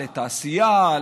לתעשייה,